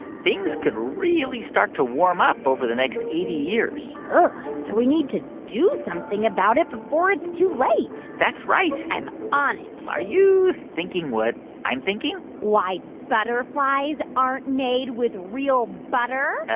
things could really start to warm up over the next eighty years so we need to do something about it before it's too late that's right i'm on it are you thinking what i'm thinking? why butterflies aren't made with real butter?